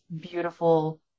beautiful